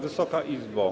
Wysoka Izbo!